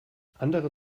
andere